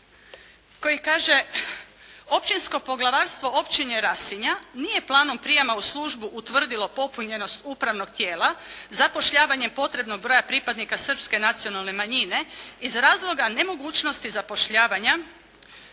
koji kaže općinsko Poglavarstvo Općine Rasinja nije planom prijema u službu utvrdilo popunjenost upravnog tijela zapošljavanjem potrebnog broja pripadnika srpske nacionalne manjine iz razloga nemogućnosti zapošljavanja